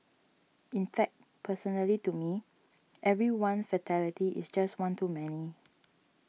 in fact personally to me every one fatality is just one too many